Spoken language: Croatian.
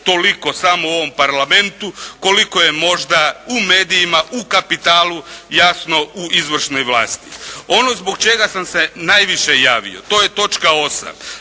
toliko samo u ovom Parlamentu koliko je možda u medijima, u kapitalu, jasno u izvršnoj vlasti. Ono zbog čega sam se najviše javio to je točka 8.,